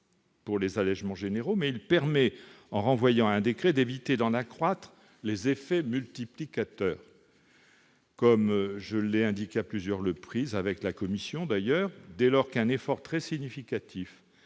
pour les allégements généraux, mais il permet, en renvoyant à un décret, d'éviter d'en accroître les effets multiplicateurs. Comme je l'ai déjà indiqué à plusieurs reprises, dès lors qu'un effort très significatif